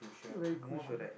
very crucial